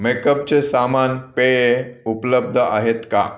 मेकअपचे सामान पेये उपलब्ध आहेत का